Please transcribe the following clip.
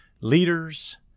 Leaders